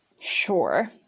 Sure